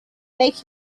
make